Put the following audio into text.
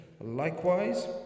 Likewise